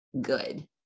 Good